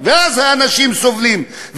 ואז האנשים סובלים,